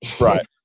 Right